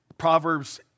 Proverbs